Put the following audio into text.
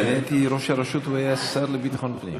כשאני הייתי ראש הרשות הוא היה השר לביטחון פנים.